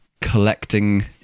collecting